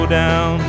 down